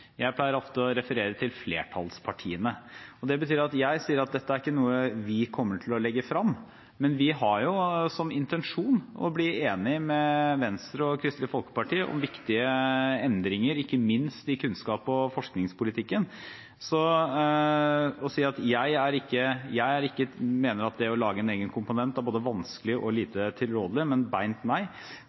Jeg pleier ofte å referere til flertallspartiene. Det betyr at dette ikke er noe vi kommer til å legge frem, men vi har jo som intensjon å bli enig med Venstre og Kristelig Folkeparti om viktige endringer, ikke minst i kunnskaps- og forskningspolitikken. Jeg mener at det å lage en egen komponent er både vanskelig og lite tilrådelig, men «beint nei»